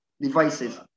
devices